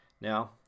Now